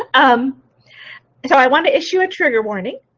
um so i want to issue a trigger warning.